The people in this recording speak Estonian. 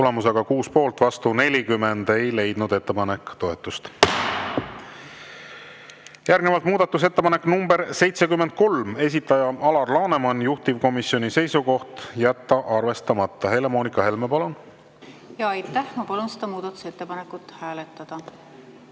Tulemusega 6 poolt, vastu 42, ei leidnud ettepanek toetust. Järgnevalt muudatusettepanek nr 75, esitaja Alar Laneman, juhtivkomisjoni seisukoht on jätta arvestamata. Helle-Moonika Helme, palun! Aitäh, hea eesistuja! Ma palun seda muudatusettepanekut hääletada.